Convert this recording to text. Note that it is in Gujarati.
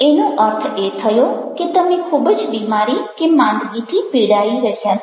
એનો અર્થ એ થયો કે તમે ખૂબ જ બીમારી કે માંદગીથી પીડાઈ રહ્યા છો